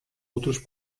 outros